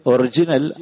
Original